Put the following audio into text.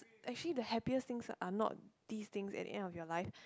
actually the happiest things are not these things at the end of your life